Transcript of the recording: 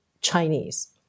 Chinese